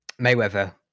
Mayweather